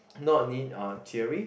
not only uh theory